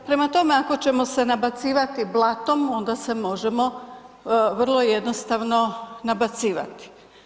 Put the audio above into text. Prema tome, ako ćemo se nabacivati blatom onda se možemo vrlo jednostavno nabacivati.